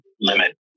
limit